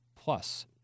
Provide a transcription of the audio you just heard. plus